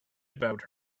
about